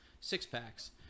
Six-packs